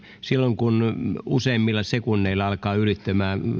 silloin kun useammilla sekunneilla alkaa aika ylittymään